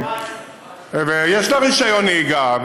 14. יש לה רישיון נהיגה.